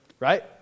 Right